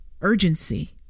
urgency